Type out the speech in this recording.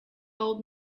old